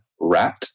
RAT